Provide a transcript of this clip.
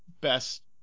best